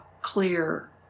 clear